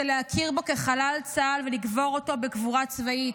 זה להכיר בו כחלל צה"ל ולקבור אותו בקבורה צבאית.